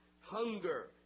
hunger